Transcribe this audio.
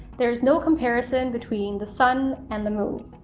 there is no comparison between the sun and the moon,